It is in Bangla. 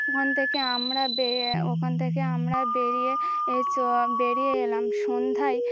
ওখান থেকে আমরা বে ওখান থেকে আমরা বেরিয়ে বেরিয়ে এলাম সন্ধ্যায়